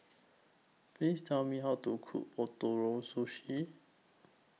Please Tell Me How to Cook Ootoro Sushi